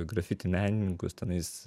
grafiti menininkus tenais